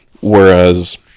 whereas